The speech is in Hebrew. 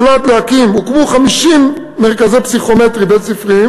הוקמו 50 מרכזי פסיכומטרי בית-ספריים